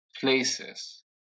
places